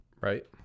Right